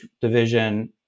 division